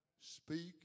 speak